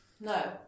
No